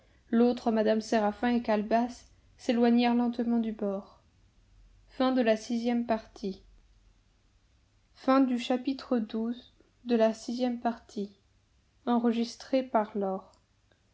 l'autre mme séraphin et calebasse s'éloignèrent lentement du bord